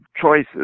choices